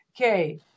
okay